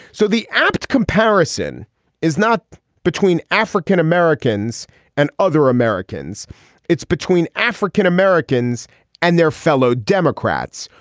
so the apt comparison is not between african-americans and other americans it's between african-americans and their fellow democrats.